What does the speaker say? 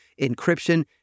encryption